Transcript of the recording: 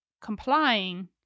complying